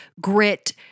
grit